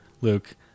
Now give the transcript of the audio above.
Luke